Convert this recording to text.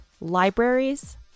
Libraries